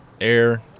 air